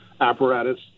apparatus